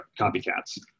copycats